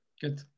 Good